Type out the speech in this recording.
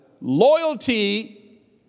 Loyalty